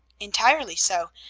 entirely so.